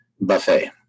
buffet